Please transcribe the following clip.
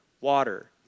water